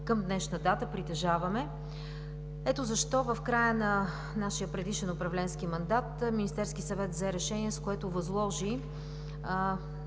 към днешна дата притежаваме. Ето защо в края на нашия предишен управленски мандат Министерският съвет взе решение, с което възложи